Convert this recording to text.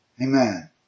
Amen